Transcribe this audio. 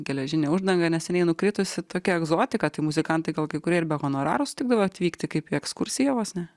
geležinė uždanga neseniai nukritusi tokia egzotika tai muzikantai gal kai kurie ir be honorarų sutikdavo atvykti kaip į ekskursiją vos ne